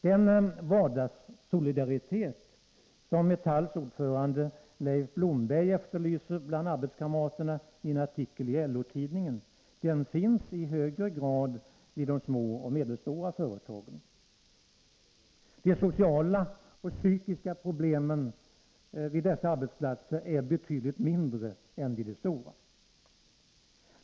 Den vardagssolidaritet som Metalls orförande Leif Blomberg efterlyser bland arbetskamraterna i en artikel i LO-tidningen finns i högre grad vid de små och medelstora företagen. De sociala och psykiska problemen vid dessa arbetsplatser är betydligt mindre än vid de stora.